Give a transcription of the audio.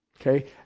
Okay